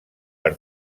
per